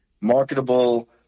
marketable